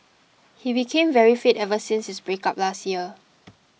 he became very fit ever since his breakup last year